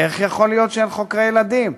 איך יכול להיות שאין חוקרי ילדים?